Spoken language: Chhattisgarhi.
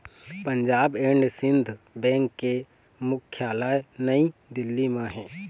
पंजाब एंड सिंध बेंक के मुख्यालय नई दिल्ली म हे